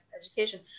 education